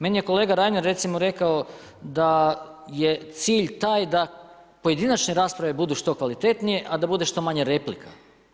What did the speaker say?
Meni je kolega Reiner, recimo rekao da je cilj taj da pojedinačne rasprave budu što kvalitetnije, a da bude što manje replika.